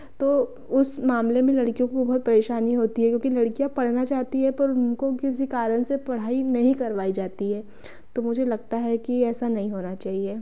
तो उस मामले में लड़कियों को बहुत परेशानी होती है क्योंकि लड़कियां पढ़ना चाहती है तो उनको किसी कारण से पढ़ाई नहीं करवाई जाती है तो मुझे लगता है कि ऐसा नहीं होना चाहिए